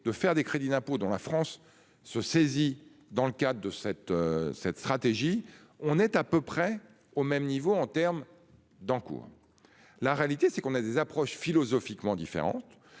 de faire des crédits d'impôts dont la France se saisit dans le cadre de cette cette stratégie. On est à peu près au même niveau en termes d'encours. La réalité c'est qu'on a des approches philosophiquement différente